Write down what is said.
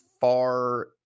far